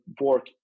work